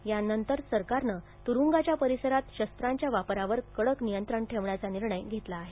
यानंतर सरकारनं तुरुंगाच्या परिसरात शस्त्रांच्या वापरावर कडक नियंत्रण ठेवण्याचा निर्णय घेतला आहे